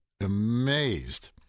amazed